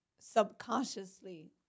Subconsciously